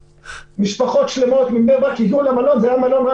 משפחות שלמות מבני ברק הגיעו למלון.